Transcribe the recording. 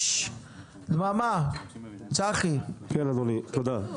כן, אדוני, תודה.